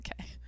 Okay